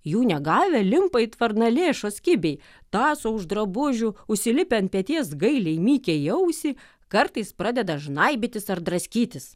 jų negavę limpa it varnalėšos kibiai tąso už drabužių užsilipę ant peties gailiai mykia į ausį kartais pradeda žnaibytis ar draskytis